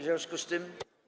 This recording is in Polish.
W związku z tym.